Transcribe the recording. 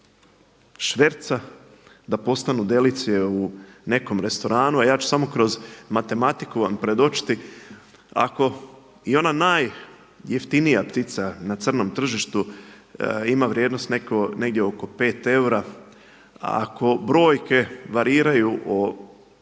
šverca da postanu delicije u nekom restoranu a ja ću samo kroz matematiku vam predočiti ako i ona najjeftinija ptica crnom tržištu ima vrijednost negdje oko 5 eura, ako brojke variraju,